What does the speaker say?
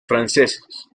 franceses